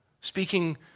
Speaking